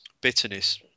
bitterness